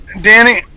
Danny